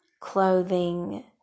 clothing